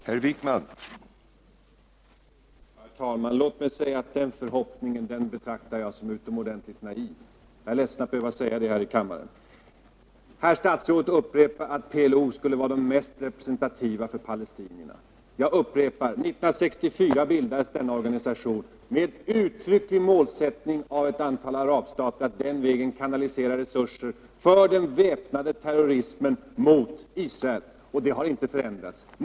Herr talman! Den förhoppning som utrikesministern ger uttryck åt betraktar jag som utomordentligt naiv. Jag är ledsen att behöva säga det här i kammaren. Utrikesministern vidhåller att PLO skulle vara mest representativ för palestinierna. Jag upprepar: 1964 bildades denna organisation med den uttryckliga målsättningen att ett antal arabstater den vägen skulle kanalisera resurser för den väpnade terrorismen mot Israel, och den målsättningen har inte förändrats.